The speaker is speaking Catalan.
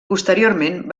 posteriorment